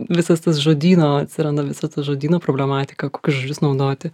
visas tas žodyno atsiranda visa ta žodyno problematika kokius žodžius naudoti